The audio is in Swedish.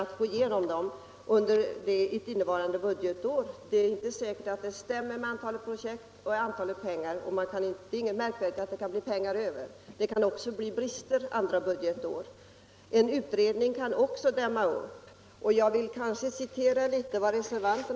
Det är alltså inte säkert att antalet projekt överensstämmer med de anslagna medlen, och det är därför inte märkvärdigt att det kan bli pengar över. Andra budgetår kan det uppstå ett underskott. En utredning kan också föranleda en förskjutning då projekt under tiden får avvakta utredningsresultatet.